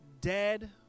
dead